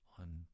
on